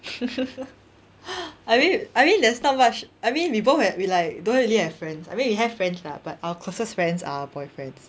I mean I mean there's not much I mean we both have we like don't really have friends I mean we have friends lah but our closest friends are our boyfriends